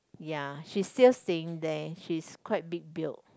yeah she still staying there she's quite big built